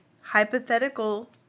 hypothetical